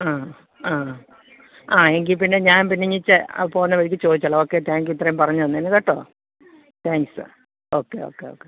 ആ ആ ആ എങ്കിൽ പിന്നെ ഞാൻ പിന്നെനിക്ക് ആ പോകുന്ന വഴിക്ക് ചോദിച്ചോളാം ഓക്കേ താങ്ക് യൂ ഇത്രയും പറഞ്ഞ് തന്നതിന് കേട്ടോ താങ്ക്സ് ഓക്കേ ഓക്കേ ഓക്കേ